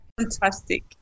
Fantastic